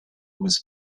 was